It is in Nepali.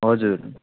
हजुर